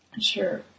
Sure